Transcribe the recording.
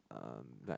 um like